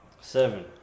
Seven